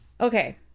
Okay